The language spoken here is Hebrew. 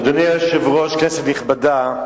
אדוני היושב-ראש, כנסת נכבדה,